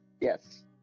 Yes